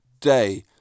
Day